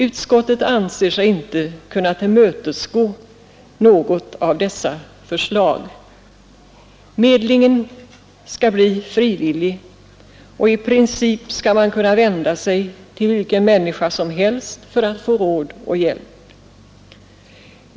Utskottet anser sig inte kunna tillmötesgå något av dessa förslag. Medlingen skall bli frivillig, och i princip skall man kunna vända sig till vilken människa som helst för att få råd och hjälp.